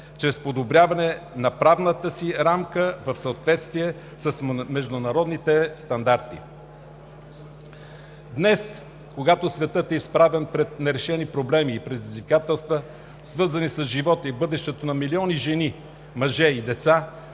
чрез подобряване на правната си рамка в съответствие с международните стандарти. Днес, когато светът е изправен пред нерешени проблеми и предизвикателства, свързани с живота и бъдещето на милиони жени, мъже и деца